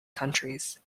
countries